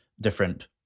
different